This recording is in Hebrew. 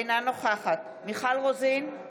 אינה נוכחת מיכל רוזין,